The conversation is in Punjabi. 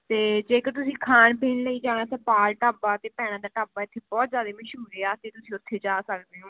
ਅਤੇ ਜੇਕਰ ਤੁਸੀਂ ਖਾਣ ਪੀਣ ਲਈ ਜਾਣਾ ਹੈ ਤਾਂ ਪਾਲ ਢਾਬਾ ਅਤੇ ਭੈਣਾਂ ਦਾ ਢਾਬਾ ਇੱਥੇ ਬਹੁਤ ਜ਼ਿਆਦੇ ਮਸ਼ਹੂਰ ਹੈ ਅਤੇ ਤੁਸੀਂ ਉੱਥੇ ਜਾ ਸਕਦੇ ਹੋ